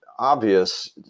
obvious